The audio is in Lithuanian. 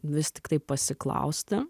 vis tiktai pasiklausti